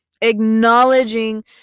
Acknowledging